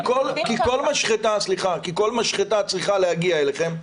כי כל משחטה צריכה להגיע אליכם.